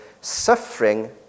Suffering